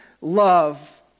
love